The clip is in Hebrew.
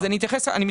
רק